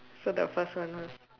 so the first one lah